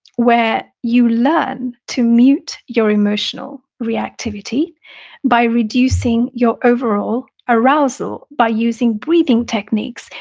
where you learn to mute your emotional reactivity by reducing your overall arousal by using breathing techniques,